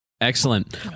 Excellent